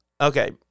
Okay